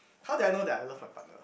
how did I know that I love my partner